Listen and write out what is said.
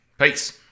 peace